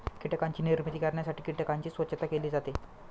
कीटकांची निर्मिती करण्यासाठी कीटकांची स्वच्छता केली जाते